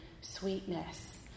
sweetness